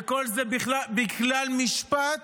וכל זה בגלל משפט